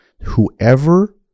whoever